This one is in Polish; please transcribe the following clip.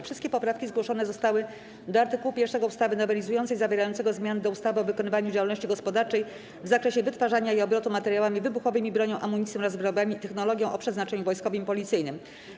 Wszystkie poprawki zgłoszone zostały do art. 1 ustawy nowelizującej zawierającego zmiany do ustawy o wykonywaniu działalności gospodarczej w zakresie wytwarzania i obrotu materiałami wybuchowymi, bronią, amunicją oraz wyrobami i technologią o przeznaczeniu wojskowym i policyjnym.